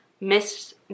miss